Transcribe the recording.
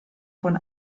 von